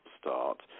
start